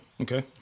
Okay